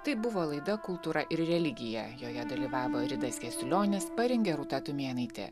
tai buvo laida kultūra ir religija joje dalyvavo ridas jasiulionis parengė rūta tumėnaitė